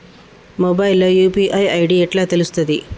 Mobile లో UPI ID ఎట్లా తెలుస్తది?